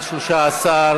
התשע"ח 2017,